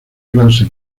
clase